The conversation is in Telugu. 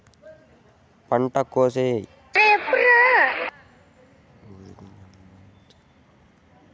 పంట కోసేకి ఏమి సామాన్లు వాడుతారు?